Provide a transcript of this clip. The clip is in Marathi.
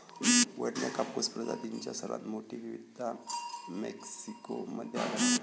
वन्य कापूस प्रजातींची सर्वात मोठी विविधता मेक्सिको मध्ये आढळते